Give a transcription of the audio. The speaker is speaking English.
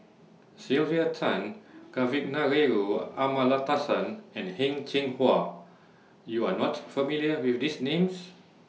Sylvia Tan Kavignareru Amallathasan and Heng Cheng Hwa YOU Are not familiar with These Names